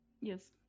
Yes